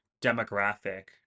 demographic